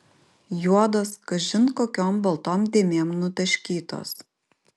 juodos kažin kokiom baltom dėmėm nutaškytos